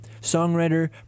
songwriter